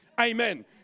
Amen